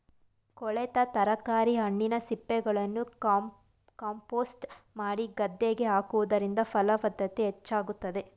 ಕೊಳೆತ ತರಕಾರಿ, ಹಣ್ಣಿನ ಸಿಪ್ಪೆಗಳನ್ನು ಕಾಂಪೋಸ್ಟ್ ಮಾಡಿ ಗದ್ದೆಗೆ ಹಾಕುವುದರಿಂದ ಫಲವತ್ತತೆ ಹೆಚ್ಚಾಗುತ್ತದೆ